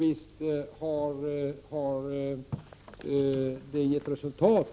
Visst har insatsen givit resultat!